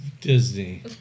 Disney